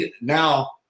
now